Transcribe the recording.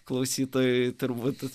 klausytojui turbūt